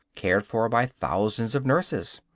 cared for by thousands of nurses.